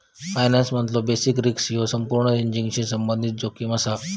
फायनान्समधलो basis risk ह्या अपूर्ण हेजिंगशी संबंधित जोखीम असा